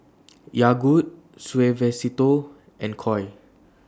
Yogood Suavecito and Koi